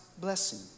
blessing